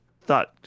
thought